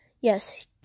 Yes